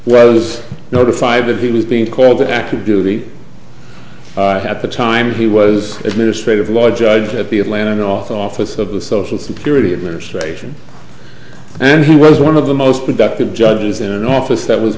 rose notified that he was being called to active duty i had to time he was administrative law judge at the atlanta office of the social security administration and he was one of the most productive judges in an office that was